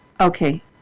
Okay